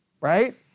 right